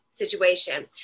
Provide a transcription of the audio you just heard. Situation